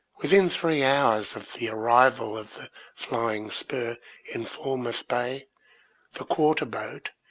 within three hours of the arrival of the flying spur in falmouth bay, the quarter-boat,